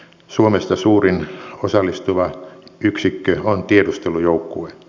suomesta suurin osallistuva yksikkö on tiedustelujoukkue